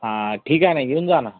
हां ठीक आहे ना येऊन जा ना